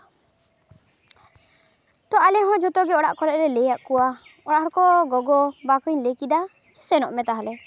ᱛᱚ ᱟᱞᱮ ᱦᱚᱸ ᱡᱚᱛᱚᱜᱮ ᱚᱲᱟᱜ ᱠᱚᱨᱮᱞᱮ ᱞᱟᱹᱭᱟᱫ ᱠᱚᱣᱟ ᱚᱲᱟᱜ ᱦᱚᱲ ᱠᱚ ᱜᱚᱜᱚ ᱵᱟᱵᱟ ᱠᱤᱱ ᱞᱟᱹᱭ ᱠᱮᱫᱟ ᱪᱟᱞᱟᱜ ᱢᱮ ᱛᱟᱦᱚᱞᱮ